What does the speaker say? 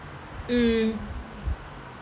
mm